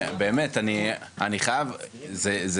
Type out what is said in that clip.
באמת אני חייב, זו הזיה מה שקרה פה.